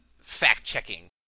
fact-checking